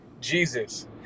Jesus